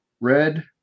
red